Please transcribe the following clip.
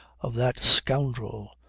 of that scoundrel,